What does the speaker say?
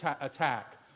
attack